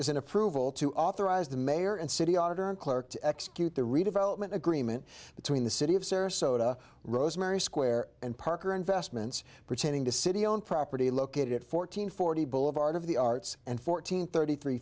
an approval to authorize the mayor and city auditor and clerk to execute the redevelopment agreement between the city of sarasota rosemary square and parker investments pertaining to city owned property located at fourteen forty boulevard of the arts and fourteen thirty three